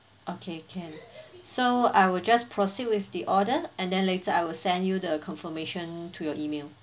okay can so I will just proceed with the order and then later I will send you the confirmation to your email